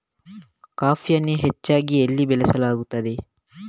ಕಾಫಿಯನ್ನು ಹೆಚ್ಚಾಗಿ ಎಲ್ಲಿ ಬೆಳಸಲಾಗುತ್ತದೆ?